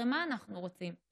הרי מה אנחנו רוצים?